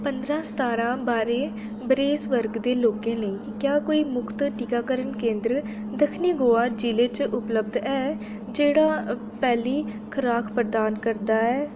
पंदरा सतारां ब'रे बरेस वर्ग दे लोकें लेई क्या कोई मुख्त टीकाकरण केंदर दक्खनी गोवा जि'ले च उपलब्ध ऐ जेह्ड़ा पैह्ली खराक प्रदान करदा ऐ